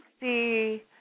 see